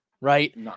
Right